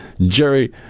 Jerry